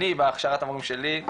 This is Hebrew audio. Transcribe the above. אני בהכשרת המורים שלי,